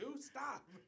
stop